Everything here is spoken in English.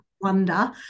wonder